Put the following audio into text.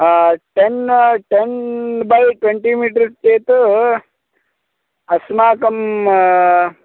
ten ten by twenty metre चेत् अस्माकं